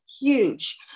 huge